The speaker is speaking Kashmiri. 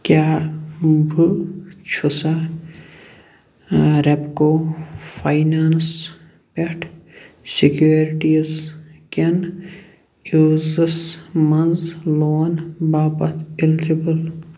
کیٛاہ بہٕ چھُسا ریٚپکو فاینانٕس پٮ۪ٹھ سیکیورٹیٖز کٮ۪ن عِوزَس منٛز لون باپتھ اِلجِبُل